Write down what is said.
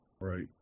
Right